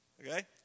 Okay